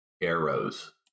Arrows